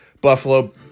Buffalo